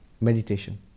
Meditation